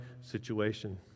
situation